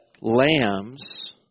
lambs